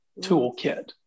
toolkit